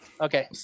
Okay